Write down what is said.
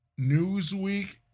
Newsweek